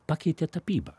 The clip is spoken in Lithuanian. pakeitė tapybą